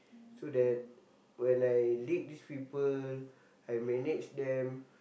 so that when I lead these people I manage them